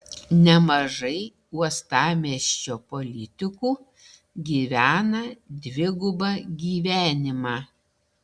nemažai uostamiesčio politikų gyvena dvigubą gyvenimą